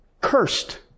Cursed